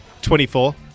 24